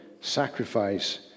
sacrifice